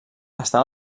estan